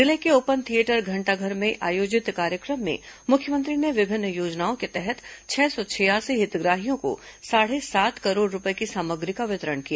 जिले के open theatre घंटाघर में आयोजित कार्यक्रम में मुख्यमंत्री ने विभिन्न योजनाओं के तहत छह सौ छियासी हितग्राहियों को साढ़े सात करोड़ रूपये की सामग्री का वितरण किया